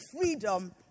freedom